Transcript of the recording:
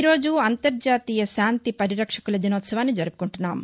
ఈరోజు అంతర్జాతీయ శాంతి పరిరక్షకుల దినోత్సవాన్ని జరుపుకుంటున్నాం